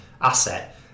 asset